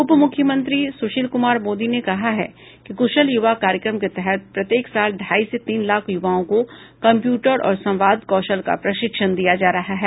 उपमुख्यमंत्री श्री सुशील कुमार मोदी ने कहा कि कुशल युवा कार्यक्रम के तहत प्रत्येक साल ढाई से तीन लाख युवाओं को कम्प्यूटर और संवाद कौशल का प्रशिक्षण दिया जा रहा है